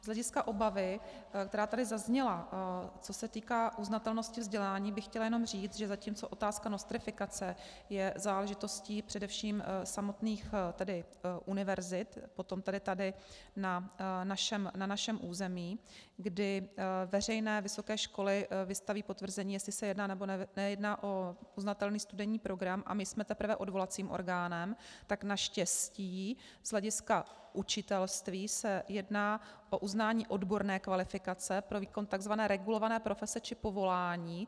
Z hlediska obavy, která tady zazněla, co se týká uznatelnosti vzdělání, bych chtěla jenom říct, že zatímco otázka nostrifikace je záležitostí především samotných univerzit, potom tady na našem území, kdy veřejné vysoké školy vystaví potvrzení, jestli se jedná, nebo nejedná o uznatelný studijní program, a my jsme teprve odvolacím orgánem, tak naštěstí z hlediska učitelství se jedná o uznání odborné kvalifikace pro výkon tzv. regulované profese či povolání.